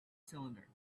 cylinder